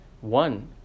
one